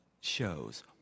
shows